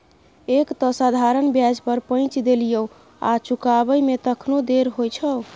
एक तँ साधारण ब्याज पर पैंच देलियौ आ चुकाबै मे तखनो देर होइ छौ